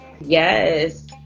yes